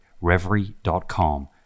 reverie.com